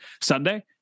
Sunday